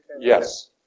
Yes